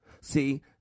See